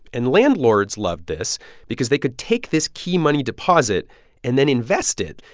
and landlords loved this because they could take this key money deposit and then invest it.